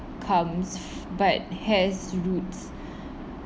comes but has roots